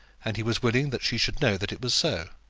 and he was willing that she should know that it was so.